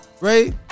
Right